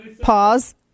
pause